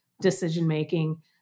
decision-making